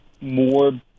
more